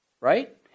right